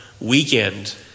weekend